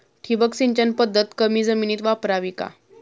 ठिबक सिंचन पद्धत कमी जमिनीत वापरावी का?